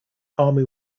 army